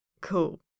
cool